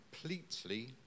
completely